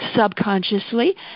subconsciously